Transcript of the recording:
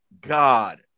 God